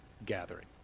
gathering